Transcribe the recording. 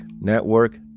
network